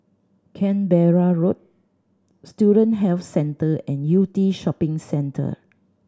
Canberra Road Student Health Centre and Yew Tee Shopping Centre